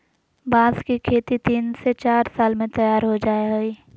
बांस की खेती तीन से चार साल में तैयार हो जाय हइ